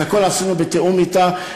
את הכול עשינו בתיאום אתה,